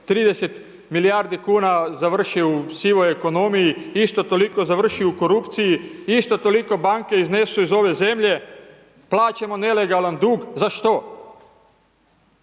30 milijardi kuna završi u sivoj ekonomiji. Isto toliko završi u korupciji. Isto toliko banke iznesu iz ove zemlje. Plaćamo nelegalan dug. Za što?